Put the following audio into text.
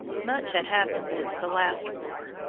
much had happened since the last war.